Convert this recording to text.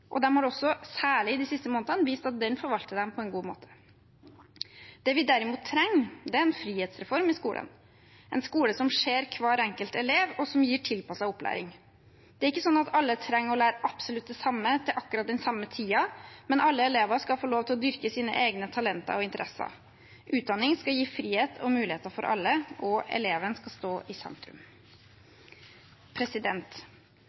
og de har også, særlig de siste månedene, vist at de forvalter den på en god måte. Det vi derimot trenger, er en frihetsreform i skolen – en skole som ser hver enkelt elev, og som gir tilpasset opplæring. Det er ikke sånn at alle trenger å lære absolutt det samme til akkurat samme tid, men alle elever skal få lov til å dyrke sine egne talenter og interesser. Utdanning skal gi frihet og muligheter for alle, og eleven skal stå i sentrum.